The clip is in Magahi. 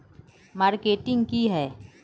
मार्केटिंग की है?